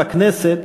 בכנסת,